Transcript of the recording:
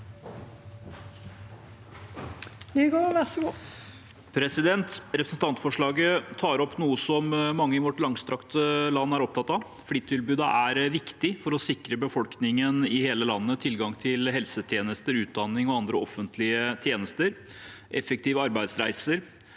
Representant- forslaget tar opp noe som mange i vårt langstrakte land er opptatt av. Flytilbudet er viktig for å sikre befolkningen i hele landet tilgang til helsetjenester, utdanning og andre offentlige tjenester, effektive arbeidsreiser,